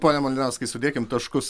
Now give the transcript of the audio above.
pone malinauskai sudėkim taškus